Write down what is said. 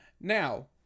Now